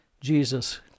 Jesus